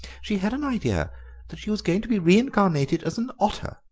she had an idea that she was going to be reincarnated as an otter,